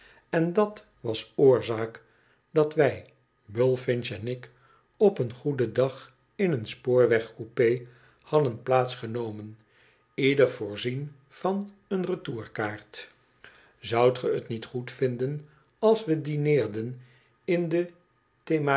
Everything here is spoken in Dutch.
en dat was oorzaak dat wij bullfinch en ik op een goeden dag in een spoorwegcoupé hadden plaats genomen ieder voorzien van een retourkaart zoudt ge t niet goed vinden als we dineerden in de